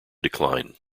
decline